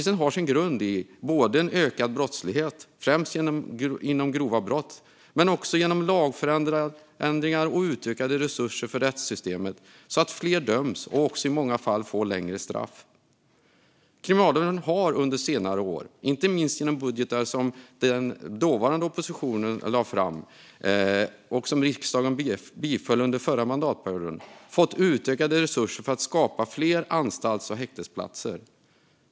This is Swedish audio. Den har sin grund i en ökad brottslighet, främst inom grova brott, men också i lagförändringar och utökade resurser för rättssystemet som gjort att fler döms och också i många fall får längre straff. Kriminalvården har under senare år, inte minst genom budgetar som den dåvarande oppositionen lade fram och som riksdagen biföll under förra mandatperioden, fått utökade resurser för att skapa fler anstalts och häktesplatser.